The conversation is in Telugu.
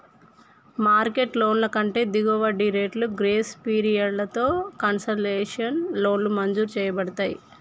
మార్కెట్ లోన్ల కంటే దిగువ వడ్డీ రేట్లు, గ్రేస్ పీరియడ్లతో కన్సెషనల్ లోన్లు మంజూరు చేయబడతయ్